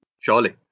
Surely